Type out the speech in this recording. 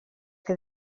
que